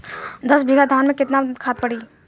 दस बिघा धान मे केतना खाद परी?